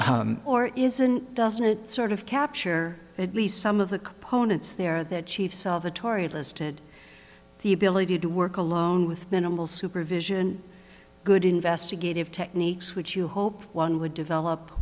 or isn't doesn't sort of capture at least some of the components there that chief salvatore had listed the ability to work alone with minimal supervision good investigative techniques which you hope one would develop